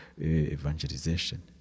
evangelization